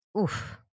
Oof